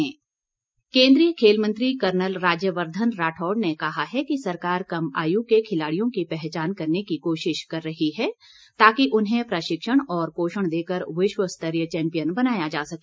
sports meet केन्द्रीय खेल मंत्री कर्नल राज्यवर्धन राठौड़ ने कहा है कि सरकार कम आयु के खिलाड़ियों की पहचान करने की कोशिश कर रही है ताकि उन्हें प्रशिक्षिण और पोषण देकर विश्व स्तरीय चैंपियन बनाया जा सके